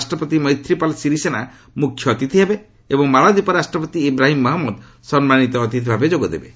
ରାଷ୍ଟ୍ରପତି ମୈଥି ପାଲ ସିରିସେନା ମ୍ରଖ୍ୟ ଅତିଥି ହେବେ ଏବଂ ମାଲଦ୍ୱୀପ ରାଷ୍ଟ୍ରପତି ଇବ୍ରାହିମ୍ ମହମ୍ମଦ ସମ୍ମାନୀତ ଅତିଥିଭାବେ ଯୋଗଦେବେ